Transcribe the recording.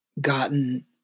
gotten